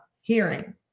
hearing